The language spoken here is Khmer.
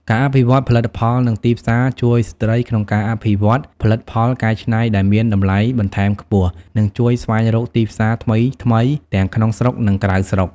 ការអភិវឌ្ឍផលិតផល និងទីផ្សារជួយស្ត្រីក្នុងការអភិវឌ្ឍផលិតផលកែច្នៃដែលមានតម្លៃបន្ថែមខ្ពស់ និងជួយស្វែងរកទីផ្សារថ្មីៗ ទាំងក្នុងស្រុក និងក្រៅស្រុក។